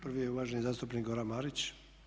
Prvi je uvaženi zastupnik Goran Marić.